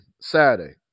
Saturday